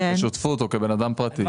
כשותפות או כבן אדם פרטי.